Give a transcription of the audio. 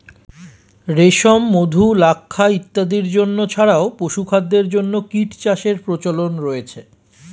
রেশম, মধু, লাক্ষা ইত্যাদির জন্য ছাড়াও পশুখাদ্যের জন্য কীটচাষের প্রচলন রয়েছে